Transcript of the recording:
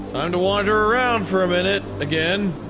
um to wonder around for a minute, again.